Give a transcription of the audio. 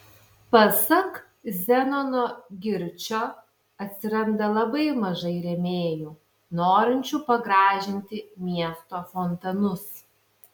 pasak zenono girčio atsiranda labai mažai rėmėjų norinčių pagražinti miesto fontanus